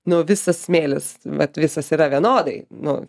nu visas smėlis vat visas yra vienodai nu